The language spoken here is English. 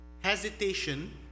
hesitation